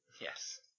Yes